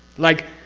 like,